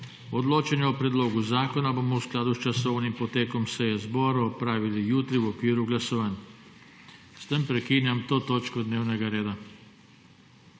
Odločanje o predlogu zakona bomo v skladu s časovnim potekom seje Državnega zbora opravili jutri v okviru glasovanj. S tem prekinjam to točko dnevnega reda.